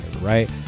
right